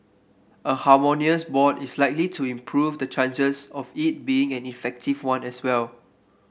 a harmonious board is likely to improve the chances of it being an effective one as well